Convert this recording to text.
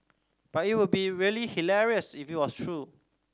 but it would be really hilarious if it was true